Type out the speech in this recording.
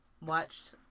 watched